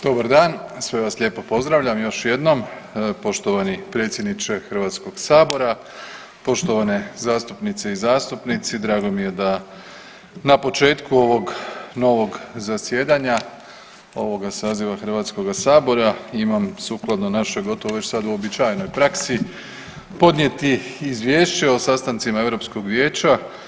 Dobar dan, sve vas lijepo pozdravljam još jednom, poštovani predsjedniče HS, poštovane zastupnice i zastupnici, drago mi je da na početku ovog novog zasjedanja ovoga saziva HS imam sukladno našoj gotovo već sad uobičajenoj praksi podnijeti izvješće o sastancima Europskog vijeća.